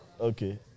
Okay